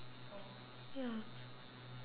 ya